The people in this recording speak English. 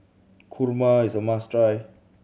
kurma is a must try